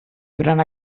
durant